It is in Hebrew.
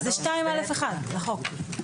את בעצם בסעיף 2א(1) לחוק.